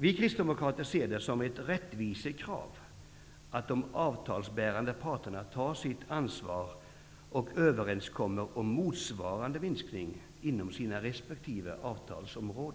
Vi kristdemokrater ser det som ett rättvisekrav att de avtalsbärande parterna tar sitt ansvar och kommer överens om motsvarande minskning inom sina resp. Fru talman!